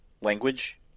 language